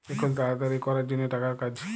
এখুল তাড়াতাড়ি ক্যরের জনহ টাকার কাজ